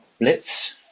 blitz